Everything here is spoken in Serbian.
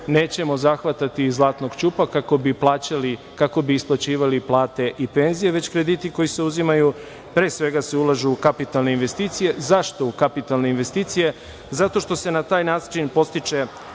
nećemo zahvatati iz zlatnog ćupa kako bi isplaćivali plate i penzije, već krediti koji se uzimaju pre svega se ulažu u kapitalne investicije. Zašto u kapitalne investicije? Zato što se na taj način podstiče